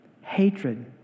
hatred